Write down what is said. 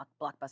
Blockbuster